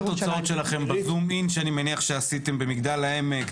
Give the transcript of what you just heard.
מה היו התוצאות שלכם בזום אִין שאני מניח שעשיתם במגדל העמק,